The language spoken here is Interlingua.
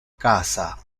casa